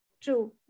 True